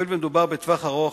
הואיל ומדובר בטווח ארוך,